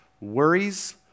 worries